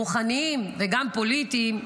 רוחניים וגם פוליטיים,